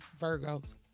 Virgos